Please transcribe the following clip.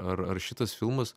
ar ar šitas filmas